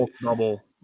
double